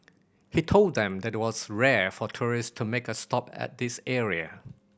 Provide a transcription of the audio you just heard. he told them that it was rare for tourists to make a stop at this area